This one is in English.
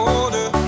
older